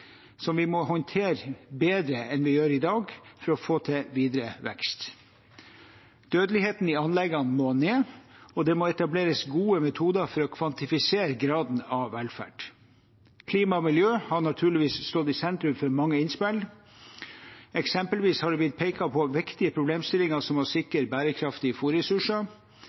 som vi må håndtere bedre enn det vi gjør i dag for å få videre vekst. Dødeligheten i anleggene må ned, og det må etableres gode metoder for å kvantifisere graden av velferd. Klima og miljø har naturligvis stått i sentrum for mange innspill. Eksempelvis har det blitt pekt på viktige problemstillinger som å sikre bærekraftige